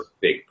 big